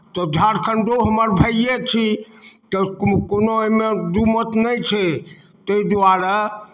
तऽ झारखंडो हमर भाइए छी तऽ को कोनो एहिमे दू मत नहि छै ताहि दुआरे